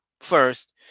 first